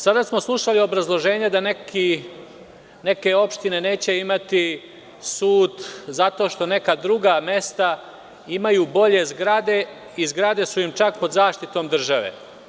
Sada smo slušali obrazloženje da neke opštine neće imati sud zato što neka druga mesta imaju bolje zgrade i zgrade su im čak pod zaštitom države.